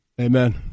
Amen